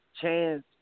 chance